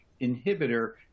inhibitor